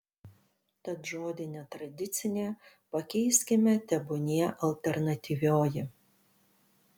tad žodį netradicinė pakeiskime tebūnie alternatyvioji